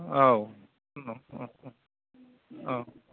औ औ औ औ